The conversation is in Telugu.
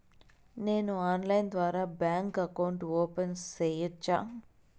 నేను ఆన్లైన్ ద్వారా బ్యాంకు అకౌంట్ ఓపెన్ సేయొచ్చా?